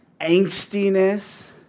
angstiness